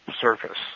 surface